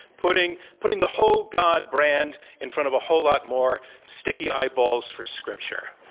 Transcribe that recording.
putting putting the whole god brand in front of a whole lot more sticky eyeballs for scripture.